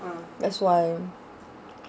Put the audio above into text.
that's why